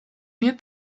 mieux